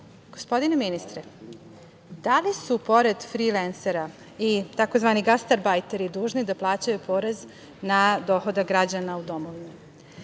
gospodine ministre, da li su pored frilensera i tzv. gastarbajteri dužni da plaćaju porez na dohodak građana u domovini?